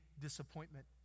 disappointment